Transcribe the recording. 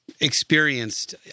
experienced